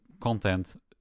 content